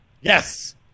Yes